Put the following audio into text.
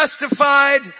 justified